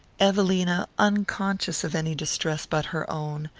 evelina, unconscious of any distress but her own,